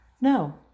no